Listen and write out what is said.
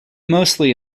mostly